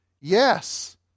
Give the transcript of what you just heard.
Yes